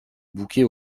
bouquet